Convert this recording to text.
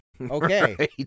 okay